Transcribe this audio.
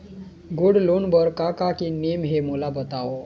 Gold loan बार का का नेम हे, मोला बताव?